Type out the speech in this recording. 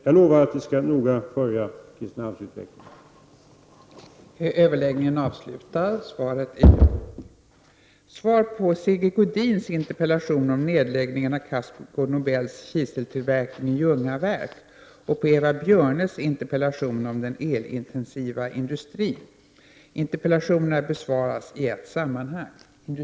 Jag lovar emellertid att vi noggrant skall följa Kristinehamns utveckling. Fru talman!